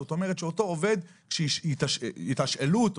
זאת אומרת שאותו עובד כשיתשאלו אותו